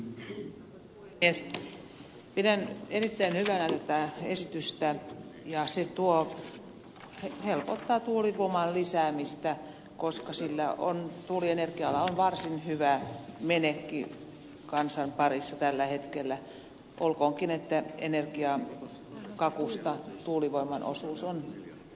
pidän erittäin hyvänä tätä esitystä ja se helpottaa tuulivoiman lisäämistä koska tuulienergialla on varsin hyvä menekki kansan parissa tällä hetkellä olkoonkin että energiakakusta tuulivoiman osuus on pieni